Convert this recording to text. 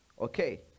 okay